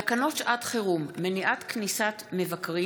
תקנות שעת חירום (מניעת כניסת מבקרים